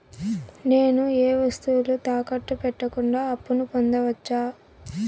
నేను ఏ వస్తువులు తాకట్టు పెట్టకుండా అప్పును పొందవచ్చా?